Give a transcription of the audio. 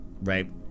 right